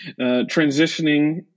transitioning